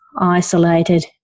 isolated